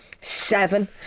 Seven